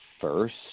first